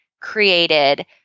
created